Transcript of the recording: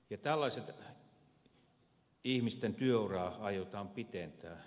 ja tällaisten ihmisten työuraa aiotaan pidentää